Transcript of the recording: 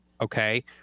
okay